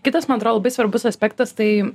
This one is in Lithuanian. kitas man atro labai svarbus aspektas tai